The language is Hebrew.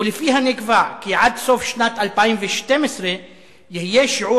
ולפיה נקבע כי עד סוף שנת 2012 יהיה שיעור